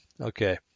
Okay